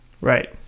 Right